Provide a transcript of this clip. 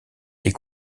est